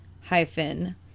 hyphen